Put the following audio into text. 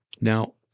Now